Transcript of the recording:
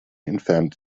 entfernt